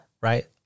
Right